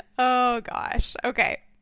oh gosh. okay.